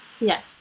yes